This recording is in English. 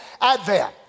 advent